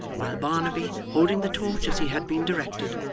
while barnaby, holding the torch as he had been directed,